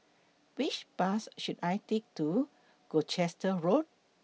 Which Bus should I Take to Gloucester Road